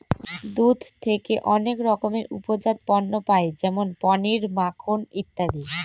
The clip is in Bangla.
দুধ থেকে অনেক রকমের উপজাত পণ্য পায় যেমন পনির, মাখন ইত্যাদি